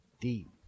deep